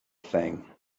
thing